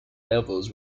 levels